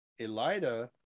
elida